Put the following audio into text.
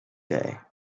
day